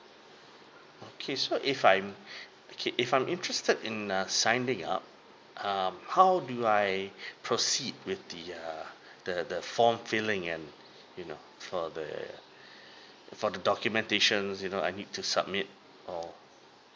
okay so if I'm okay if I'm interested in uh signing up um how do I proceed with the err the the form filling and you know for the for the documentations you know I need to submit or